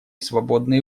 свободные